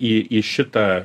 į į šitą